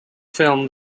film